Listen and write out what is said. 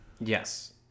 Yes